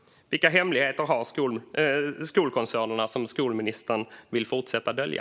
Vilka hemligheter har skolkoncernerna som skolministern vill fortsätta att dölja?